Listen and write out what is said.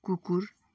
कुकुर